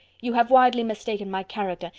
you have widely mistaken my character,